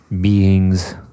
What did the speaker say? Beings